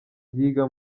yiga